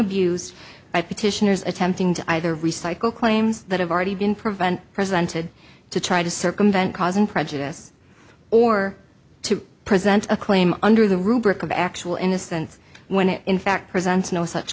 abused by petitioners attempting to either recycle claims that have already been prevent presented to try to circumvent causing prejudice or to present a claim under the rubric of actual innocence when it in fact presents no such